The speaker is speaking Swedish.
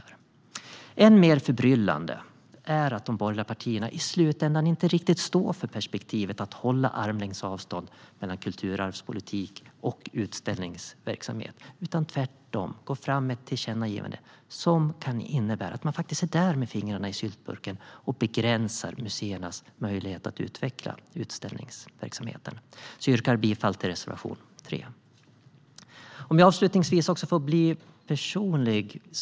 Än mer förbryllande är att de borgerliga partierna i slutändan inte riktigt står för perspektivet att hålla armlängds avstånd mellan kulturarvspolitik och utställningsverksamhet. Tvärtom går man fram med ett tillkännagivande som kan innebära att man är där med fingrarna i syltburken och begränsar museernas möjlighet att utveckla utställningsverksamheterna. Jag yrkar bifall till reservation 3. Låt mig avslutningsvis bli personlig.